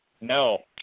No